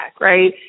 right